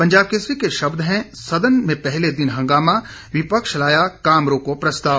पंजाब केसरी के शब्द हैं सदन में पहले दिन हंगामा विपक्ष लाया काम रोका प्रस्ताव